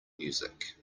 music